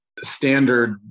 standard